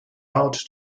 out